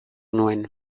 nuen